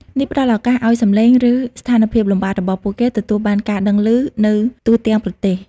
នេះផ្តល់ឱកាសឱ្យសំឡេង ឬ ស្ថានភាពលំបាករបស់ពួកគេទទួលបានការដឹងឮ នៅទូទាំងប្រទេស។